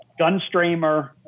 Gunstreamer